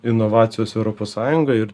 inovacijos europos sąjungoj ir